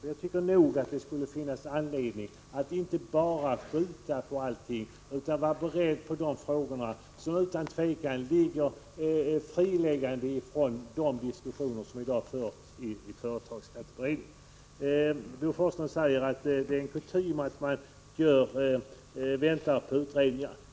Jag tycker det skulle finnas anledning att inte bara skjuta på allting utan vara beredd att ta upp dessa frågor, som utan tvivel är fristående från de diskussioner som i dag förs i företagsskattekommittén. Bo Forslund säger att det är kutym att man avvaktar resultatet av utredningar.